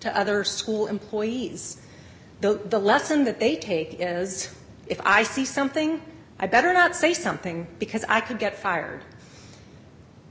to other school employees though the lesson that they take is if i see something i better not say something because i could get fired